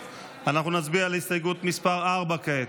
נצביע על הסתייגות מס' 4 כעת.